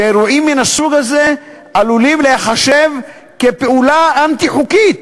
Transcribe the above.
שאירועים מן הסוג הזה עלולים להיחשב כפעולה אנטי-חוקית,